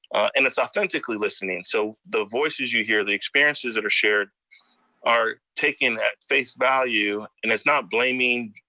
and it's authentically listening. so the voices you hear, the experiences that are shared are taken at face value and it's not blaming,